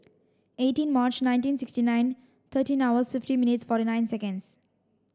eighteen March nineteen sixty nine thirteen hours fifty minutes forty nine seconds